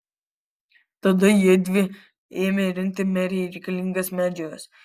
tada jiedvi ėmė rinkti merei reikalingas medžiagas